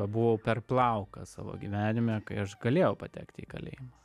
buvau per plauką savo gyvenime kai aš galėjau patekti į kalėjimą